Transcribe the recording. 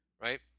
right